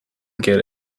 get